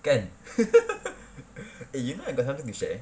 kan eh you know I got something to share